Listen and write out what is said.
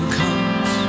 comes